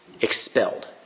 expelled